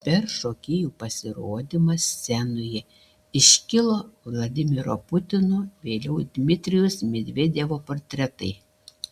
per šokėjų pasirodymą scenoje iškilo vladimiro putino vėliau dmitrijaus medvedevo portretai